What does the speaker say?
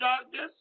darkness